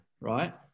right